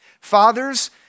Fathers